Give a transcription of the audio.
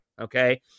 okay